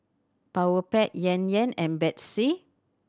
Powerpac Yan Yan and Betsy